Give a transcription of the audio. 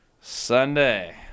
sunday